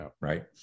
right